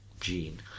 Gene